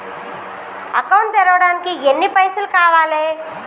Account తెరవడానికి ఎన్ని పైసల్ కావాలే?